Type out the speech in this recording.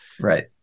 Right